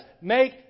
make